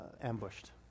ambushed